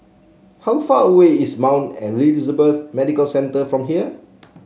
how far away is Mount Elizabeth Medical Centre from here